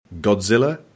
Godzilla